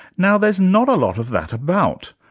now there's not a lot of that about.